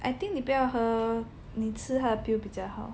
I think 你不要喝你吃它的 pill 比较好